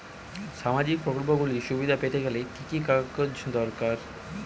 সামাজীক প্রকল্পগুলি সুবিধা পেতে গেলে কি কি কাগজ দরকার?